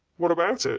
what about it?